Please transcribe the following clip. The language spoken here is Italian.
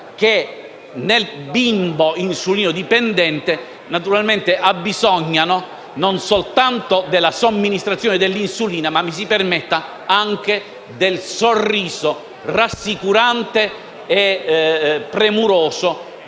che, nel bimbo insulino-dipendente, necessita non soltanto della somministrazione dell'insulina, ma - mi si permetta - anche del sorriso rassicurante e premuroso